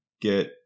get